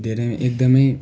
धेरै एकदमै